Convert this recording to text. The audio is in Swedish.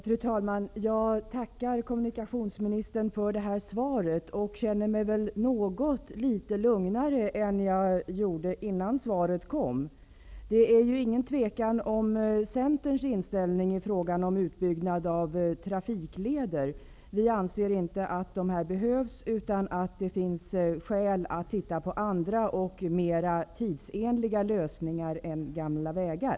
Fru talman! Jag tackar kommunikationsministern för svaret. Jag känner mig något lugnare nu än jag gjorde innan svaret lämnades. Det råder inte några tvivel om Centerns inställning till utbyggnad av trafikleder. Vi anser att dessa inte behövs. Det finns skäl att se på andra och mer tidsenliga lösningar än gamla vägar.